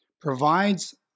provides